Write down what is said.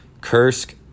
Kursk